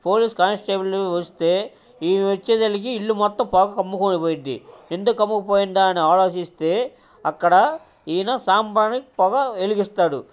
police constable వస్తే ఈమె వచ్చేసరికి ఇల్లు మొత్తం పొగ కమ్ముకొనిపోయింది ఎందుకు కమ్ముకపోయిందా అని ఆలోచిస్తే అక్కడ ఈయన సాంబ్రాణి పొగ వెలిగిస్తాడు